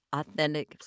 authentic